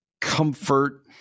comfort